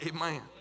Amen